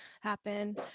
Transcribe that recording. happen